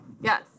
Yes